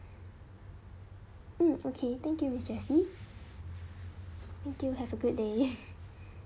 mm okay thank you miss jessie thank you have a good day